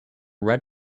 red